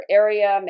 area